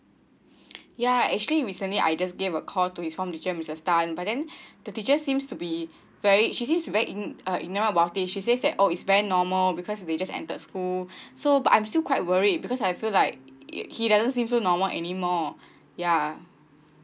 ya actually recently I just gave a call to his form teacher mrs tan but then the teacher seems to be very she seems to be ig~ ignore about it she says that it's very normal because he just entered school so but I'm still quite worry because I feel like it he doesn't seem so normal anymore ya